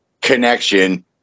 connection